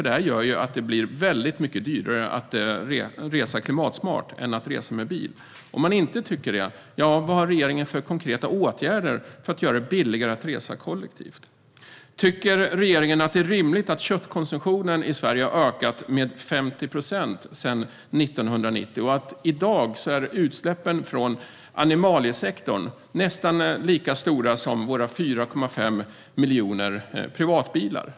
Det gör att det blir väldigt mycket dyrare att resa klimatsmart än att resa med bil. Om man inte tycker det, vad har regeringen för konkreta åtgärder för att göra det billigare att resa kollektivt? Tycker regeringen att det är rimligt att köttkonsumtionen i Sverige har ökat med 50 procent sedan 1990? I dag är utsläppen från animaliesektorn nästan lika stora som från våra 4,5 miljoner privatbilar.